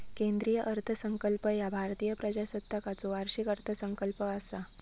केंद्रीय अर्थसंकल्प ह्या भारतीय प्रजासत्ताकाचो वार्षिक अर्थसंकल्प असा